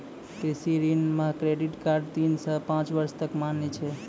कृषि ऋण मह क्रेडित कार्ड तीन सह पाँच बर्ष तक मान्य छै